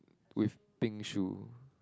with pink shoe